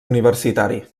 universitari